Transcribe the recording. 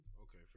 Okay